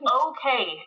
okay